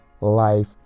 life